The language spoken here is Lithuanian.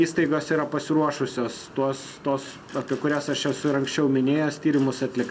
įstaigos yra pasiruošusios tuos tos apie kurias aš esu ir anksčiau minėjęs tyrimus atlikt